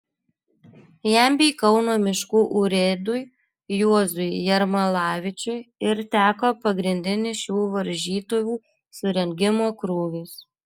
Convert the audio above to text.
jam bei kauno miškų urėdui juozui jermalavičiui ir teko pagrindinis šių varžytuvių surengimo krūvis